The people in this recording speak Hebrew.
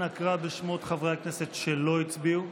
אנא קרא בשמות חברי הכנסת שלא הצביעו.